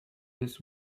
this